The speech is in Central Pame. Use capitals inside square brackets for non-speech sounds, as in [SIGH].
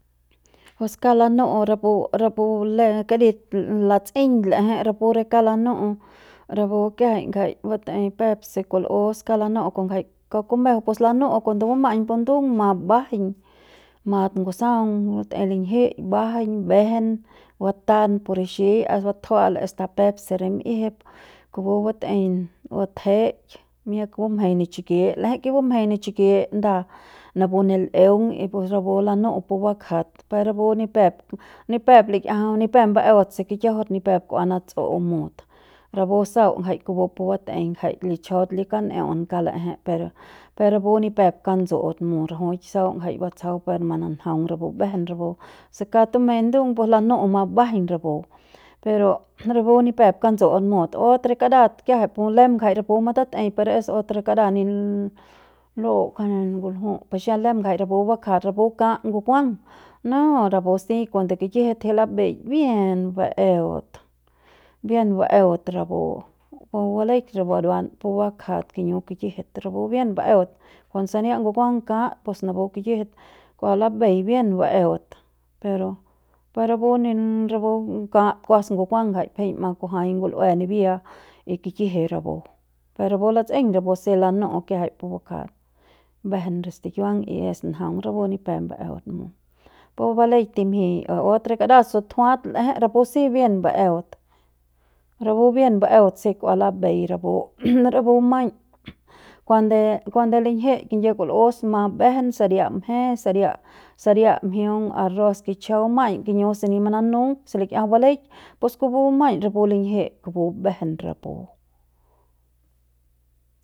Pus kauk lanu'u rapu rapu le karit lats'eiñ l'eje rapu re kauk lanu'u rapu kiajai ngjai batei pep se kul'us kauk lanu'u ngjai kauk kumejeu pus lanu'u cuando buma'aiñ pu ndung ma mbajaiñ mat ngusaung batei linjiik y mbajai mbejen batan pu rixiñ as batuaja'al hasta pep se rim'iejep kupu bat'ei batejeik miak bumjeiñ ne chiki l'eje ke bumjeiñ ne chiki nda napu ne l'eung pus rapu lanu'u pu bakjat per rapu ni pep ni pep likiajam ni pep ba'eut se kikiajaut ni pep kua natsu'u mut rapu sau ngjai kupu pu batei ngjai lichjaut li kan'e'eun kauk la'eje pero pero rapu ni pep katsu'ut mut rajuik sau ngjai batsjau par mananjaung rapu mbejen rapu se kauk tumei ndung pues lanu'u mat mbajaiñ rapu pero pero ni pep katsu'ut mut otro karat kiajai pues lem jai rapu matat'ei per es otro karat ni la'u kanen ne ngujiu pue xem lem jai pu bakja rapu kan ngukuang noo rapu si cuando kikjit jiuk lambeik bien baeut bien baeut rapu o baleik pu buruan pu bakjat kiñu kikjit rapu bien baeut kuan sania ngukuang kat pus napu kiyijit kua lambei bien baeut pero pero ni rapu kat kuas ngukuang ngjai pima kujuai ngul'ue nibia y kikji rapu per rapu lats'eiñ rapu si lanu'u kiajai pu bakja mbejen pu stikiuang y es njaung rapu ni pep baeut mut pu baleik timjik otro karat sutjuat l'eje sapu si bien baeut rapu bien baeut si kua lambei rapu [NOISE] rapu [NOISE] maiñ kuand kuande linjik kingyie kul'us mat mbejen saria mje saria saria mjiung arroz kichjau maiñ kiñu se ni nanu se likiajam baleik pus kupu maiñ kupu linjik kupu mbejen re rapu.